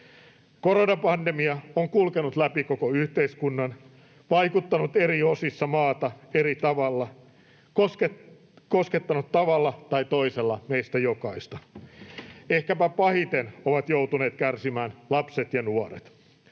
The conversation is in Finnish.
Koronapandemia on kulkenut läpi koko yhteiskunnan, vaikuttanut eri osissa maata eri tavalla, koskettanut tavalla tai toisella meistä jokaista. Ehkäpä pahiten ovat joutuneet kärsimään lapset ja nuoret.